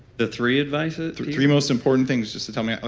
the three advices? three most important things just to tell me,